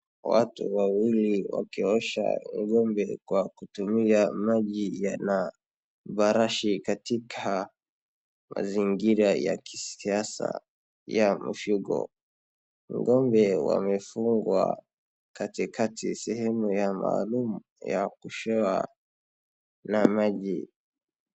Watu wawili wakiosha ng'ombe kwa kutumia yana brashi katika mazingira ya kisiasa ya mifugo. Ng'ombe wamefungwa katikati sehemu ya maalum ya kuoshewa na maji.